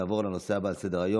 נעבור לנושא הבא על סדר-היום,